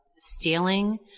stealing